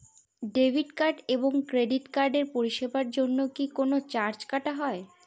Debit card এবং credit কার্ডের পরিষেবার জন্য কি কোন চার্জ কাটা হয়?